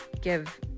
give